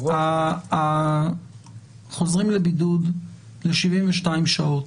חוזרים לבידוד ל-72 שעות.